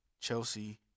Chelsea